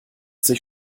sich